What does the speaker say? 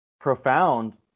profound